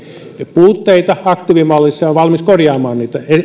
puutteita ja on valmis korjaamaan niitä